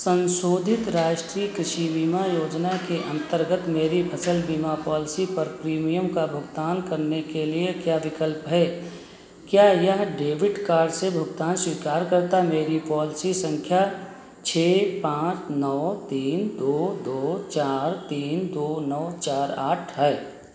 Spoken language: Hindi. सन्शोधित राष्ट्रीय कृषि बीमा योजना के अन्तर्गत मेरी फ़सल बीमा पॉलिसी पर प्रीमियम का भुगतान करने के लिए क्या विकल्प हैं क्या यह डेबिट कार्ड से भुगतान स्वीकार करता है मेरी पॉलिसी सँख्या छह पाँच नौ तीन दो दो चार तीन दो नौ चार आठ है